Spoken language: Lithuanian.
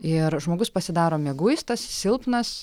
ir žmogus pasidaro mieguistas silpnas